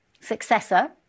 successor